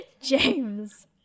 James